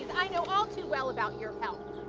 i know all too well about your health.